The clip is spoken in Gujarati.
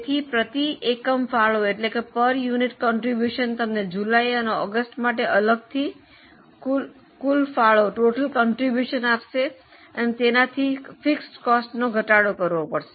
તેથી પ્રતિ એકમ ફાળો તમને જુલાઈ અને ઓગસ્ટ માટે અલગથી કુલ ફાળો આપશે તેનાથી સ્થિર ખર્ચનો ઘટાડો કરવો પડશે